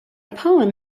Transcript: poem